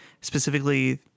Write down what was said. specifically